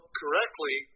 correctly